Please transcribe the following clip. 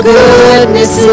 goodness